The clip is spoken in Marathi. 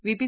V P